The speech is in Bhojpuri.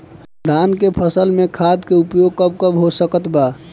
धान के फसल में खाद के उपयोग कब कब हो सकत बा?